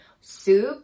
soup